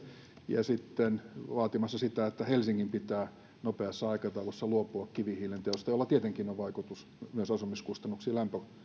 ja sitten vaatimassa sitä että helsingin pitää nopeassa aikataulussa luopua kivihiilen poltosta jolla tietenkin on vaikutusta myös asumiskustannuksiin